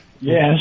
yes